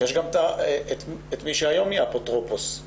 יש גם את מי שהיום נהיה אפוטרופוס, היא